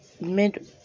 mid